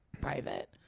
private